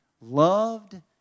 loved